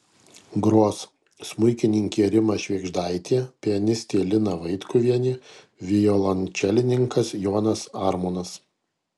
gros smuikininkė rima švėgždaitė pianistė lina vaitkuvienė violončelininkas jonas armonas